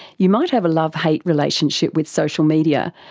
you might have a love hate relationship with social media,